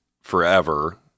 forever